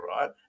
right